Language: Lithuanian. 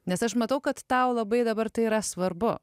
nes aš matau kad tau labai dabar tai yra svarbu